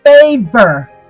favor